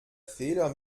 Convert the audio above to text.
fehler